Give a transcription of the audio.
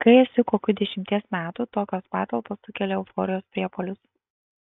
kai esi kokių dešimties metų tokios patalpos sukelia euforijos priepuolius